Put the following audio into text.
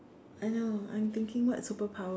I know I'm thinking what superpower